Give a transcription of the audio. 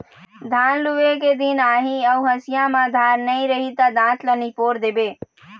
धान लूए के दिन आही अउ हँसिया म धार नइ रही त दाँत ल निपोर देबे